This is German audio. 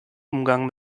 umgang